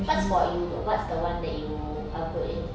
what's for you though what's the one that you are good in